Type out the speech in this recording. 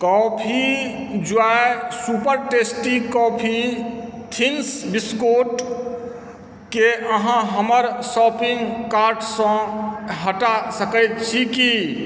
coffee joy super tasty coffee thins बिस्कुटके अहाँ हमर शॉपिङ्ग कार्टसँ हटा सकै छी की